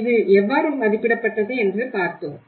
இது எவ்வாறு மதிப்பிடப்பட்டது என்று பார்த்தோம்